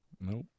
Nope